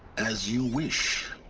as you wish